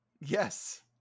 Yes